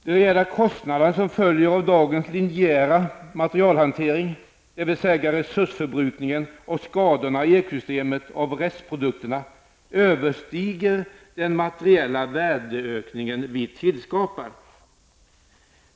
De reella kostnaderna som följer av dagens linjära materialhantering, dvs. resursförbrukningen och skadorna i ekosystemet av restprodukterna, överstiger den materiella värdeökning som vi tillskapar.